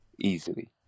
easily